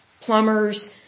plumbers